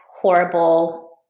horrible